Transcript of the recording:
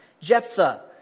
Jephthah